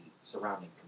surrounding